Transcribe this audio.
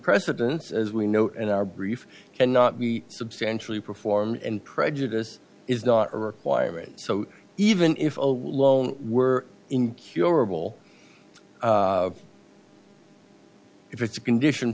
precedence as we know in our brief can not be substantially perform and prejudice is not a requirement so even if a loan were incurable if it's a condition